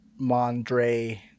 Mondre